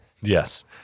Yes